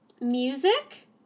music